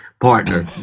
partner